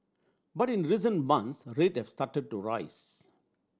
but in recent months rate have started to rise